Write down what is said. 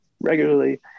regularly